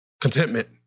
contentment